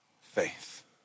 faith